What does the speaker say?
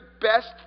best